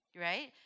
right